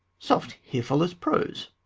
soft! here follows prose.